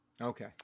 Okay